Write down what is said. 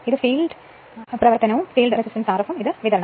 ഇത് ഫീൽഡ് റണ്ണിംഗും field resistance Rf ഉം ഇതാണ് വിതരണവും